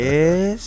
Yes